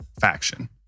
faction